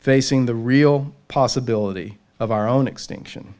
facing the real possibility of our own extinction